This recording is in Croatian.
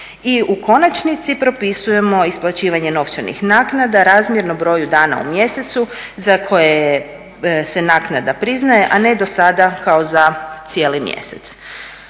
i u konačnici propisujemo isplaćivanje novčanih naknada razmjerno broju dana u mjesecu za koje se naknada priznaje, a ne do sada kao za cijeli mjesec.